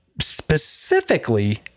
specifically